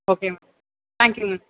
okay ma'am thank you ma'am